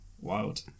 Wild